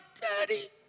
daddy